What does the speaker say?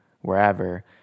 wherever